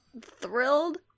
Thrilled